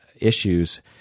issues